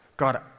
God